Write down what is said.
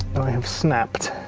i have snapped